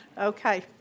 Okay